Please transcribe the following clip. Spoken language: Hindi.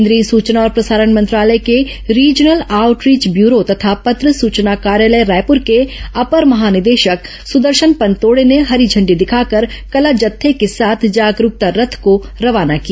केंद्रीय सुचना और प्रसारण मंत्रालय के रीजनल आउटरीच ब्यूरो तथा पत्र सूचना कार्यालय रायपुर के अपर महानिदेशक सुदर्शन पनतोड़े ने हरी झण्डी दिखाकर कला जत्थे के साथ जागरूकता रथ को रवाना किया